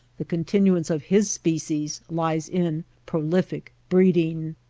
the continuance of his species lies in prolific breeding.